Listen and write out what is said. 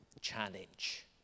challenge